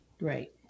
Right